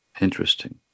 Interesting